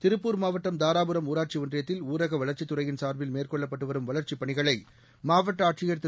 திருப்பூர் மாவட்டம் தாராபுரம் ஊராட்சி ஒன்றியத்தில் ஊரக வளர்ச்சித் துறையின் சார்பில் மேற்கொள்ளப்பட்டு வரும் வளர்ச்சிப் பணிகளை மாவட்ட ஆட்சியர் திரு